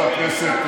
הוא לא יכול אחרת.